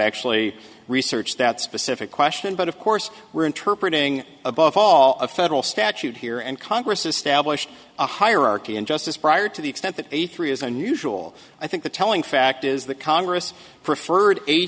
actually research that specific question but of course we're interpretating above all a federal statute here and congress established a hierarchy and justice prior to the extent that a three is unusual i think the telling fact is that congress preferred